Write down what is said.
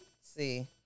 See